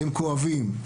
הם כואבים,